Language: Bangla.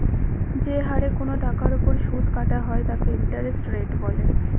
যে হারে কোনো টাকার ওপর সুদ কাটা হয় তাকে ইন্টারেস্ট রেট বলে